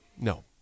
No